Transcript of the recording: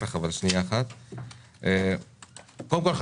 קודם כול,